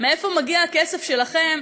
מאיפה מגיע הכסף שלכם,